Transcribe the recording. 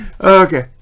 okay